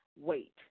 wait